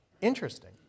Interesting